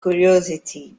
curiosity